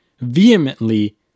vehemently